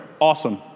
Awesome